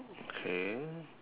okay